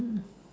mm